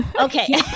Okay